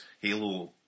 Halo